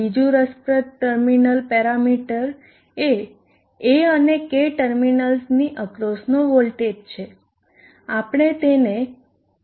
બીજું રસપ્રદ terminal parameter એ A અને K ટર્મિનલ્સની અક્રોસનો વોલ્ટેજ છે આપણે તેને Vak કહીએ